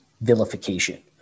vilification